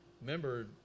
remember